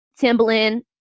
Timbaland